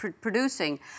producing